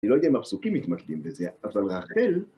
אני לא יודע אם מחסוקים מתמתלים לזה, אבל ראחל...